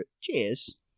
Cheers